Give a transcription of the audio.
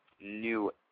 new